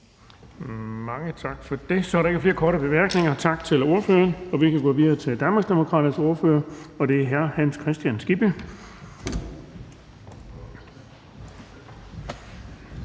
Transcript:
Mange tak for det. Der er ikke flere korte bemærkninger, så tak til ordføreren. Vi kan gå videre til Danmarksdemokraternes ordfører, og det er hr. Hans Kristian Skibby.